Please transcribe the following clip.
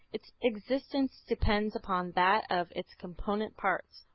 its existence depends upon that of its component parts,